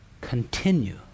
continue